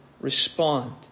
respond